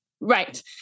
Right